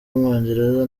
w’umwongereza